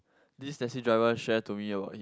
this taxi driver share to me about